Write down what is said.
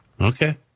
Okay